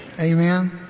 Amen